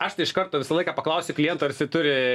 aš tai iš karto visą laiką paklausiu kliento ar jisai turi